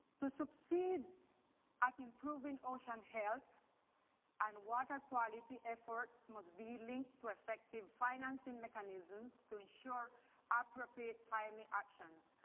to succeed at improving ocean health and water quality, efforts must be linked to effective financing mechanisms to ensure appropriate timely actions.